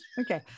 Okay